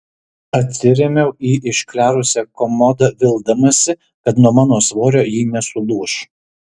atsirėmiau į išklerusią komodą vildamasi kad nuo mano svorio ji nesulūš